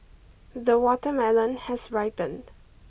the watermelon has ripened